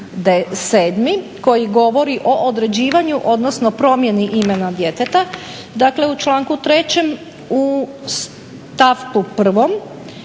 koji govori o određivanju odnosno promjeni imena djeteta. Dakle u članku 3. u stavku 1.